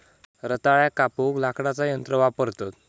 रताळ्याक कापूक लाकडाचा यंत्र वापरतत